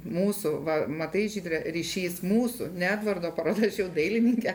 mūsų va matai žydre ryšys mūsų ne edvardo parašiau dailininke